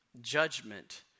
Judgment